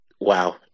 Wow